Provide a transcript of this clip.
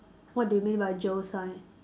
what do you mean by jail sign